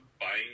buying